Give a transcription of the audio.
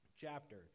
chapter